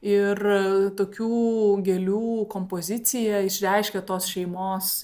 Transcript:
ir tokių gėlių kompozicija išreiškia tos šeimos